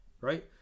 Right